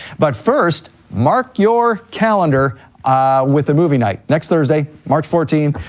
but first, mark your calendar with the movie night, next thursday, march fourteen,